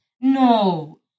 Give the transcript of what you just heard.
no